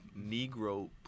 Negro